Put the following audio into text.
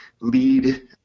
lead